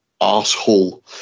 asshole